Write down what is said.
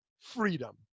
freedom